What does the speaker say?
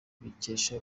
abikesha